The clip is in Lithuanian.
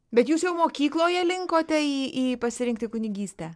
bet jūs jau mokykloje linkote į į pasirinkti kunigystę